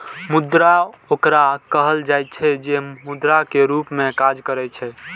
मुद्रा ओकरा कहल जाइ छै, जे मुद्रा के रूप मे काज करै छै